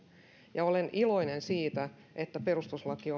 olen iloinen siitä että perustuslaki